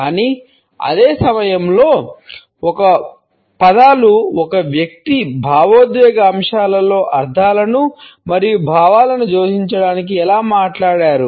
కానీ అదే సమయంలో పదాలు ఒక వ్యక్తి భావోద్వేగ అంశాలలో అర్థాలను మరియు భావాలను జోడించడానికి ఎలా మాట్లాడారు